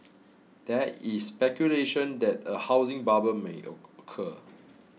there is speculation that a housing bubble may occur